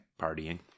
Partying